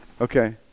Okay